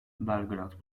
belgrad